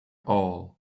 all